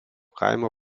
kaimo